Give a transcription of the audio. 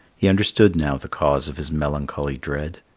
he understood now the cause of his melancholy dread.